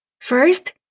First